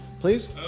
Please